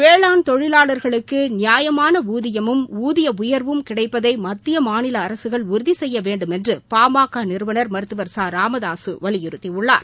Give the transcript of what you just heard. வேளாண் தொழிலாளர்களுக்கு நியாயமான ஊதியமும் ஊதிய உயர்வும் கிடைப்பதை மத்திய மாநில அரசுகள் உறுதி செய்ய வேண்டுமென்ற பாமக நிறுவனர் மருத்துவர் ச ராமதாசு வலியுறுத்தியுள்ளார்